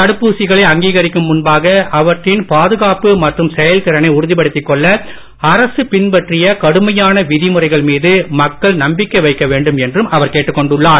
தடுப்பூசிகளை அங்கீகரிக்கும் முன்பாக அவற்றின் பாதுகாப்பு மற்றும் செயல்திறனை உறுதிப்படுத்திக் கொள்ள அரசு பின்பற்றிய கடுமையான விதிமுறைகள் மீது மக்கள் நம்பிக்கை வைக்க வேண்டும் என்றும் அவர் கேட்டுக் கொண்டுள்ளார்